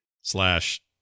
slash